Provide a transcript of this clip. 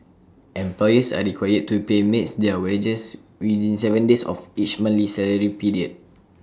employers are required to pay maids their wages within Seven days of each monthly salary period